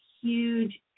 huge